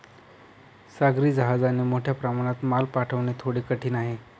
सागरी जहाजाने मोठ्या प्रमाणात माल पाठवणे थोडे कठीण आहे